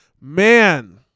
Man